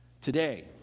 today